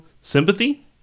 sympathy